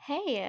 Hey